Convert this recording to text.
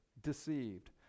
deceived